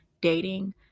dating